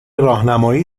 راهنمایی